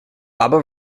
baba